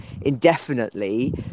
indefinitely